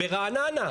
ברעננה,